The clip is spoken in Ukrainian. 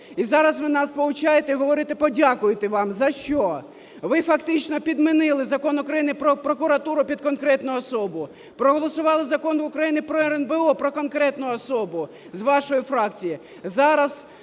і зараз ви нас повчаєте говорити, подякуйте вам. За що? Ви фактично підмінили Закон України "Про прокуратуру" під конкретну особу, проголосували Закон України "Про РНБО" про конкретну особу з вашої фракції,